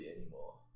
anymore